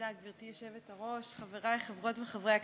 גברתי היושבת-ראש, תודה, חברי חברות וחברי הכנסת,